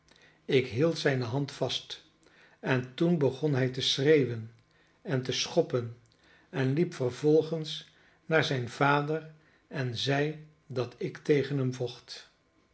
ik hield zijne hand vast en toen begon hij te schreeuwen en te schoppen en liep vervolgens naar zijnen vader en zeide dat ik tegen hem vocht